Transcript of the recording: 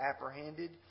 apprehended